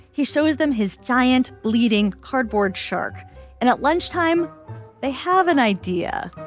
he shows them his giant bleeding cardboard shark and at lunchtime they have an idea,